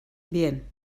bien